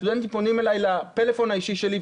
סטודנטים פונים אליי לפלאפון האישי שלי,